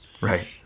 Right